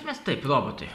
mės taip robotai